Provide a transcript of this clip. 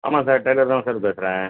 ஆமாம் sir tailor தான் sir பேசுகிறேன்